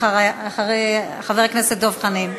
אחרי חבר הכנסת דב חנין.